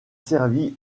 servi